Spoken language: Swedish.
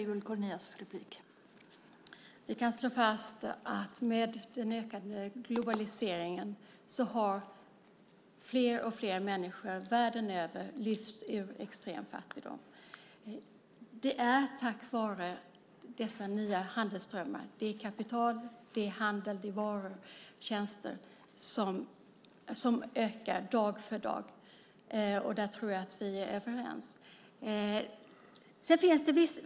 Fru talman! Vi kan slå fast att med den ökade globaliseringen har fler och fler människor världen över lyfts ur extrem fattigdom. Det sker tack vare dessa nya handelsströmmar med kapital och handel med varor och tjänster som ökar dag för dag. Där tror jag att vi är överens.